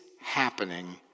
happening